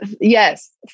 Yes